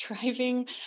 driving